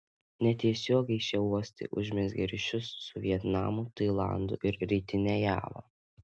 netiesiogiai šie uostai užmezgė ryšius su vietnamu tailandu ir rytine java